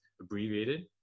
abbreviated